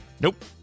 Nope